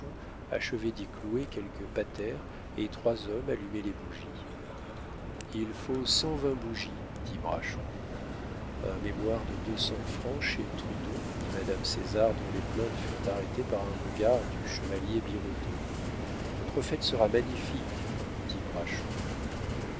achevait d'y clouer quelques patères et trois hommes allumaient les bougies il faut cent vingt bougies dit braschon un mémoire de deux cents francs chez trudon dit madame césar dont les plaintes furent arrêtées par un regard du chevalier birotteau votre fête sera magnifique